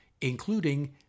including